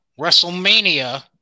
WrestleMania